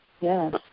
yes